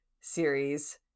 series